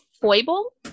foible